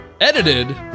Edited